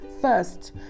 First